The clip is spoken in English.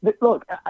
Look